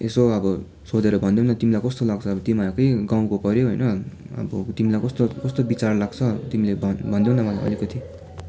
यसो अब सोधेर भनिदेऊ न तिमीलाई कस्तो लाग्छ अब तिमीहरूकै गाउँको पर्यो होइन अब तिमीलाई कस्तो कस्तो विचार लाग्छ तिमीले भन् भन्देऊ न मलाई अलिकति